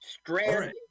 Stranded